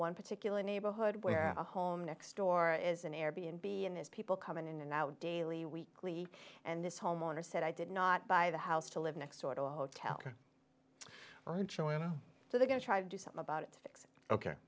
one particular neighborhood we have a home next door is an air b and b and his people come in and out daily weekly and this homeowner said i did not buy the house to live next door to a hotel so they're going to do something about it